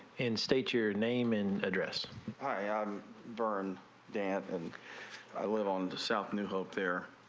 in state your name and address hi ah um burn dance and i live on the south new hope there